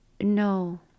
no